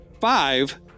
Five